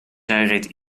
reed